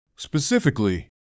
Specifically